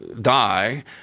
die